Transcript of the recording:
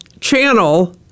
channel